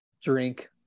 drink